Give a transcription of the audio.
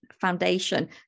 foundation